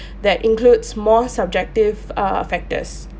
that includes more subjective err factors